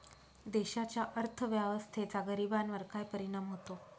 देशाच्या अर्थव्यवस्थेचा गरीबांवर काय परिणाम होतो